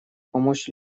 помочь